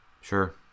sure